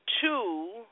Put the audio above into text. two